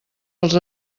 els